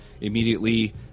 immediately